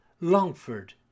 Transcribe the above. Longford